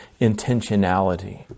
intentionality